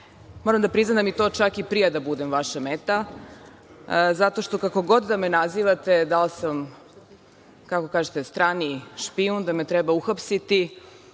moram da priznam da mi to čak i prija da budem vaša meta, zato što kako god da me nazivate, da li sam kako kažete strani špijun, da me treba uhapsiti,